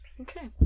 Okay